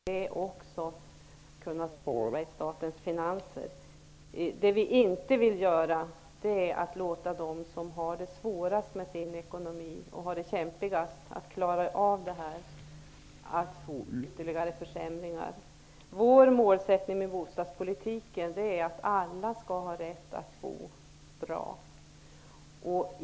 Herr talman! Man måste göra någonting, sade Bo Jenevall. Det säger också vi socialdemokrater. Vi har lagt fram konkreta förslag om vad vi vill göra för att få hjulen att snurra och arbetslösheten att minska. Därigenom kan vi också spara i statens finanser. Vad vi inte vill göra är att låta dem som har det svårast med sin ekonomi få ytterligare försämringar. Vår målsättning med bostadspolitiken är att alla skall ha rätt att bo bra.